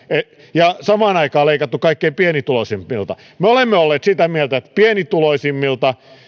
ja samaan aikaan leikattu kaikkein pienituloisimmilta me olemme olleet sitä mieltä että pienituloisimmilta